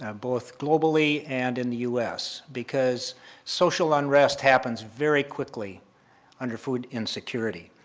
ah both globally and in the u s. because social unrest happens very quickly under food insecurity.